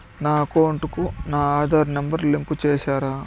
నా అకౌంట్ కు నా ఆధార్ నెంబర్ లింకు చేసారా